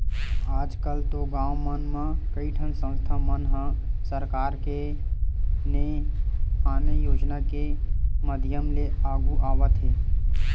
आजकल तो गाँव मन म कइठन संस्था मन ह सरकार के ने आने योजना के माधियम ले आघु आवत हे